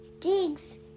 digs